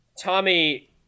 Tommy